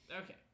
Okay